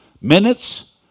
minutes